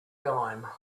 dime